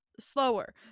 slower